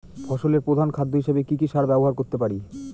ফসলের প্রধান খাদ্য হিসেবে কি কি সার ব্যবহার করতে পারি?